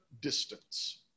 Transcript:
distance